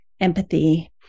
empathy